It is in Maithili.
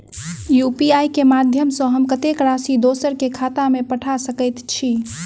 यु.पी.आई केँ माध्यम सँ हम कत्तेक राशि दोसर केँ खाता मे पठा सकैत छी?